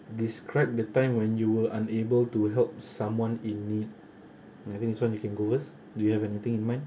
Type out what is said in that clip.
describe the time when you were unable to help someone in need ya I think this one you can go first do you have anything in mind